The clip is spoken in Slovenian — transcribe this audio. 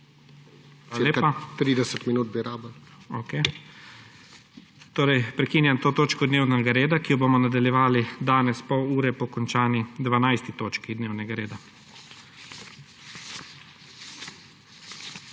30 minut bi rabili.